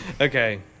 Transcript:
Okay